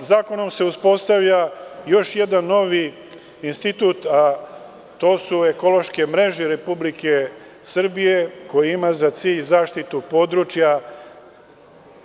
Zakonom se uspostavlja još jedan novi institut, a to su ekološke mreže Republike Srbije koji ima za cilj zaštitu područja